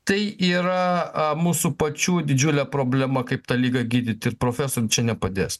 tai yra mūsų pačių didžiulė problema kaip tą ligą gydyti ir profesorium čia nepadės